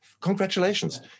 congratulations